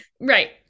Right